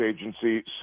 Agency